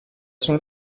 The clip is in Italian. sono